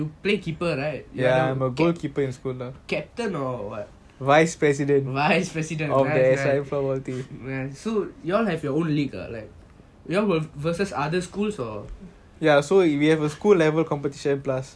you play keeper right captain or what vice president right so you all have your own league ah like you all will versus other schools or